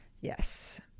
Yes